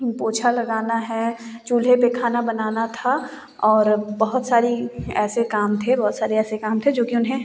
पोछा लगाना है चूल्हे पर खाना बनाना था और बहुत सारी ऐसे काम थे बहुत सारे ऐसे काम थे जो कि उन्हें